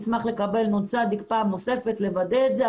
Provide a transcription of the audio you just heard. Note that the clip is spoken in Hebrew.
אני אשמח לבדוק פעם נוספת כדי לוודא את זה,